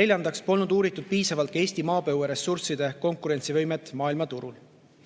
neljandaks, polnud uuritud piisavalt Eesti maapõueressursside konkurentsivõimet maailmaturul;